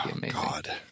god